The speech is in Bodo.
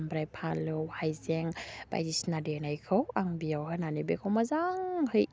आमफ्राय फालौ हाइजें बायदिसिना देनायखौ आं बेयाव होनानै बेखौ मोजाङै